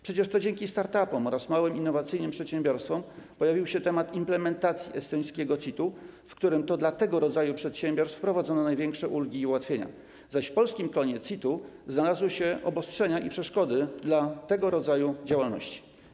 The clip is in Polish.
Przecież to dzięki start-upom oraz małym, innowacyjnym przedsiębiorstwom pojawił się temat implementacji estońskiego CIT-u, w przypadku którego to dla tego rodzaju przedsiębiorstw wprowadzono największe ulgi i ułatwienia, zaś w polskim klonie CIT-u znalazły się obostrzenia i przeszkody dla tego rodzaju działalności.